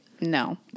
no